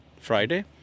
Friday